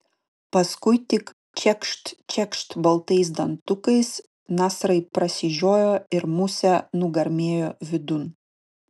paskui tik čekšt čekšt baltais dantukais nasrai prasižiojo ir musė nugarmėjo vidun